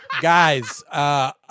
Guys